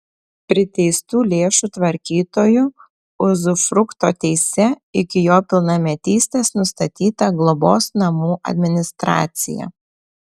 priteistų lėšų tvarkytoju uzufrukto teise iki jo pilnametystės nustatyta globos namų administracija